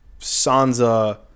Sansa